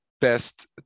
best